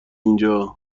اینجا